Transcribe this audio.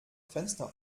fenster